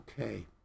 Okay